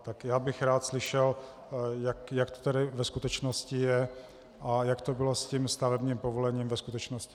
Tak bych rád slyšel, jak to tedy ve skutečnosti je a jak to bylo s tím stavebním povolením ve skutečnosti.